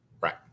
Right